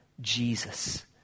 Jesus